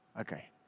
Okay